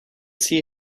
see